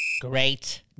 great